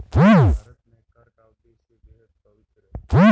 भारत में कर का उद्देश्य बेहद पवित्र है